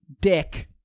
dick